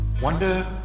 Wonder